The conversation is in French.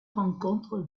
rencontre